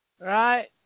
Right